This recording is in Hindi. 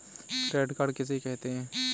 क्रेडिट कार्ड किसे कहते हैं?